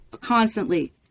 constantly